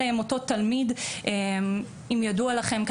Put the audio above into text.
אני לא יודעת אם ידוע לכם,